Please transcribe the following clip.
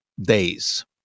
days